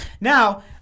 Now